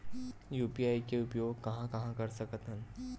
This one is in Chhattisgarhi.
यू.पी.आई के उपयोग कहां कहा कर सकत हन?